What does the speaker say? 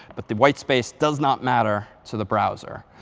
but the white space does not matter to the browser.